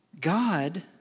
God